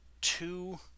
two